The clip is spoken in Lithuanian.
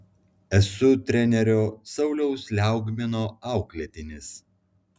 esu trenerio sauliaus liaugmino auklėtinis